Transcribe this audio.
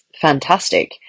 fantastic